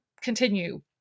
continue